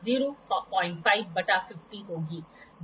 और यहाँ आपके पास पढ़ने के लिए एक छोटा सा ऐ पिस है